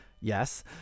yes